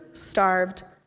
starved,